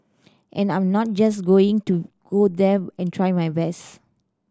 and I'm not just going to go there and try my best